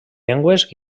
llengües